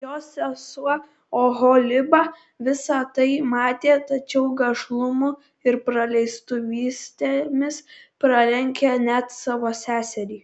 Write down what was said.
jos sesuo oholiba visa tai matė tačiau gašlumu ir paleistuvystėmis pralenkė net savo seserį